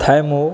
थैमो